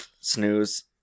snooze